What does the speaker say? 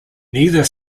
neither